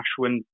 Ashwin